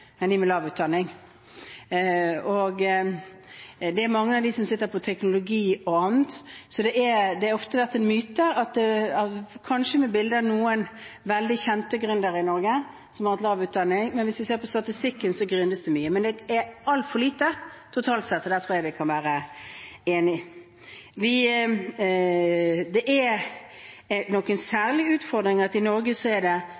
de med lav utdanning. Det er mange av dem som sitter på teknologi og annet. Dette har ofte vært en myte, kanskje med bildet av noen veldig kjente gründere i Norge som har hatt lav utdanning. Hvis vi ser på statistikken, gründes det mye her, men det er altfor lite totalt sett – der tror jeg vi kan være enige. Det er nok en særlig utfordring at i Norge er det